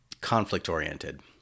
conflict-oriented